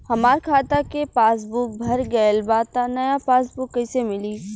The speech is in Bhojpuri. हमार खाता के पासबूक भर गएल बा त नया पासबूक कइसे मिली?